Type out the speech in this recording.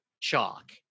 chalk